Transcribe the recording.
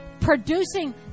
Producing